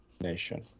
nation